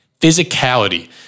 physicality